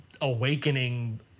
awakening